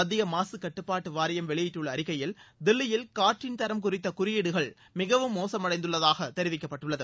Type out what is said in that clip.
மத்திய மாசுக்கட்டுப்பாட்டு வாரியம் வெளியிட்டுள்ள அறிக்கையில் தில்லியில் காற்றின் தரம் குறித்த குறியீடுகள் மிகவும் மோசமடைந்துள்ளதாக தெரிவிக்கப்பட்டுள்ளது